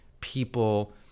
people